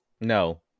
No